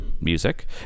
music